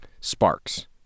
Sparks